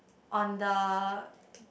on the